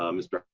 um mr.